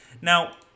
Now